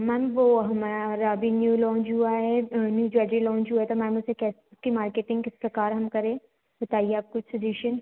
ma'am वो हमारा अभी न्यू लॉन्ज हुआ है न्यू ज्वेलरी लॉन्च हुआ है तो मैम उसे कैसे उसकी मार्केटिंग किस प्रकार हम करें बताइए आप कुछ सजेशन